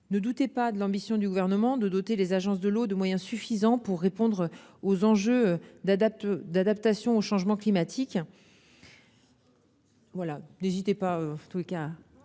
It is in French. ne doutez pas de l'ambition du Gouvernement de doter les agences de l'eau de moyens suffisants pour répondre aux enjeux de l'adaptation au changement climatique. Nous sommes rassurés ...